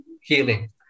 healing